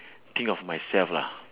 think of myself lah